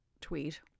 tweet